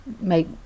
make